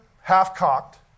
half-cocked